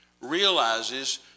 realizes